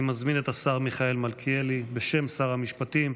אני מזמין את השר מיכאל מלכיאלי, בשם שר המשפטים,